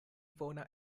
bona